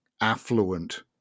affluent